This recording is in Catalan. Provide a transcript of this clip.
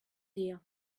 dia